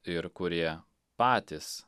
ir kurie patys